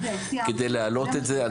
כדי להעלות את זה.